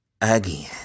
again